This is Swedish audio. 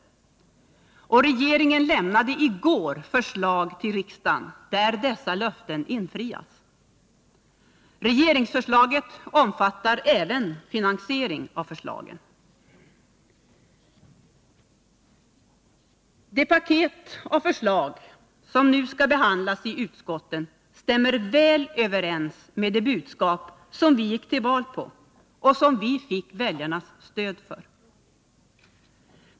Regeringen lämnade i går förslag till riksdagen där dessa löften infrias. Regeringsförslaget omfattar även finansiering av förslagen. Det paket av förslag som nu skall behandlas i utskotten stämmer väl överens med det budskap som vi gick till val på och som vi fick väljarnas stöd för.